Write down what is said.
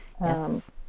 Yes